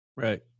Right